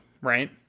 right